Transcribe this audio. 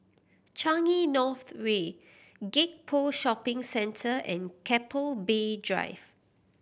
Changi North Way Gek Poh Shopping Centre and Keppel Bay Drive